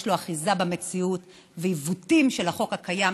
יש לו אחיזה במציאות ובעיוותים של החוק הקיים,